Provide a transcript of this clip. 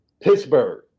Pittsburgh